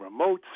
remotes